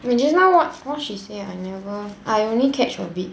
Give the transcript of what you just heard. just now what what she say ah I never I only catch a bit